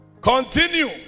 continue